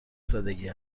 زدگی